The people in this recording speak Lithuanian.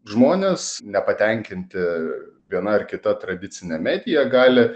žmonės nepatenkinti viena ar kita tradicine medija gali